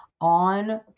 on